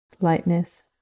lightness